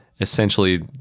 essentially